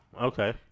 okay